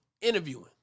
interviewing